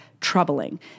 troubling